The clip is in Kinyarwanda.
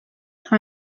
nta